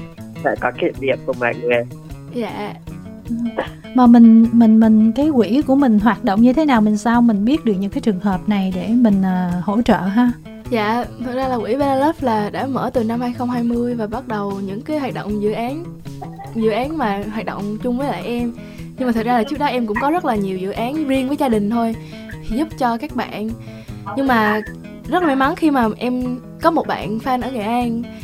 Phải có kỷ niệm của mọi người. Dạ. Ừ. Mà mình- mình- mình- cái quỹ của mình hoạt động như thế nào mình sao mình biết được những cái trường hợp này để mình, ờ, hỗ trợ ha? Dạ, thật ra là quỹ Bella Love là đã mở từ năm 2020 và bắt đầu những cái hoạt động dự án- dự án mà hoạt động chung với lại em. Nhưng mà thật ra là trước đó em cũng có rất là nhiều dự án riêng với gia đình thôi, thì giúp cho các bạn. Nhưng mà rất là may mắn khi mà em có một bạn fan ở Nghệ An.